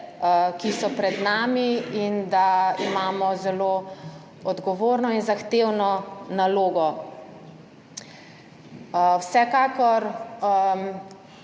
ki so pred nami, in da imamo zelo odgovorno in zahtevno nalogo. Vsekakor